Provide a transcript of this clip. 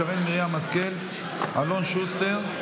שרן מרים השכל ואלון שוסטר,